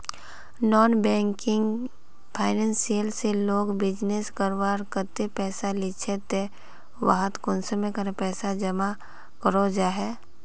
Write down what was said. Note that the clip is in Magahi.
नॉन बैंकिंग फाइनेंशियल से लोग बिजनेस करवार केते पैसा लिझे ते वहात कुंसम करे पैसा जमा करो जाहा?